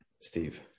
Steve